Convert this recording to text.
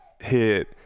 hit